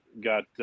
got